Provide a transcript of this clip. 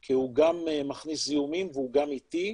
כי הוא גם מכניס זיהומים והוא גם איטי.